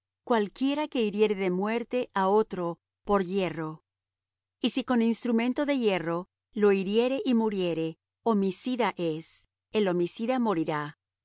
cualquiera que hiriere de muerte á otro por yerro y si con instrumento de hierro lo hiriere y muriere homicida es el homicida morirá